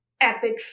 epic